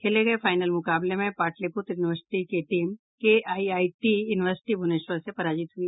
खेले गये फाइनल मुकाबले में पाटलिपुत्र यूनिवर्सिटी की टीम केआईआईटी यूनिवर्सिटी भुवनेश्वर से पराजित हुई